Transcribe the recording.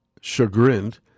chagrined